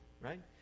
right